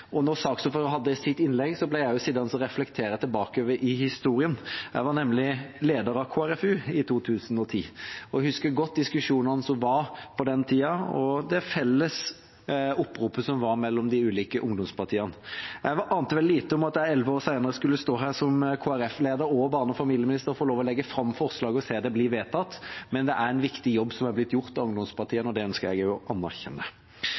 hadde sitt innlegg, ble jeg sittende og reflektere tilbake i historien. Jeg var nemlig leder av Kristelig Folkepartis Ungdom i 2010 og husker godt diskusjonene som var på den tida, og det felles oppropet som var mellom de ulike ungdomspartiene. Jeg ante vel lite om at jeg elleve år senere skulle stå her som leder i Kristelig Folkeparti og barne- og familieminister og få lov til å legge fram forslaget og se det bli vedtatt. Det er en viktig jobb som er blitt gjort av ungdomspartiene, og det ønsker jeg å anerkjenne.